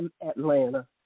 Atlanta